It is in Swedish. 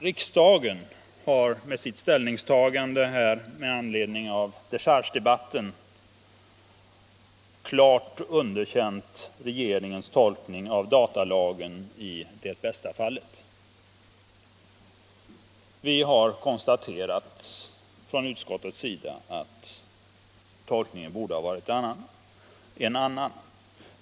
Riksdagen har genom sitt ställningstagande, med anledning av dechargedebatten, klart underkänt regeringens tolkning av datalagen i Det Bästa-fallet. Vi har konstaterat från utskottets sida att tolkningen borde ha varit en annan.